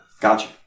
Gotcha